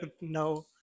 No